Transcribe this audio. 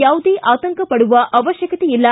ಯಾವುದೇ ಆತಂಕ ಪಡುವ ಅವಕ್ಕಕತೆ ಇಲ್ಲ